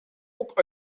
ook